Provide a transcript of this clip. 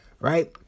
right